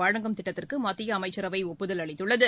வழங்கும் திட்டத்திற்கு மத்திய அமைச்சரவை ஒப்புதல் அளித்துள்ளது